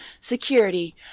security